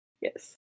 yes